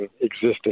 existing